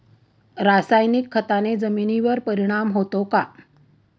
रासायनिक खताने जमिनीवर परिणाम होतो का?